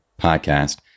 podcast